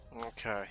Okay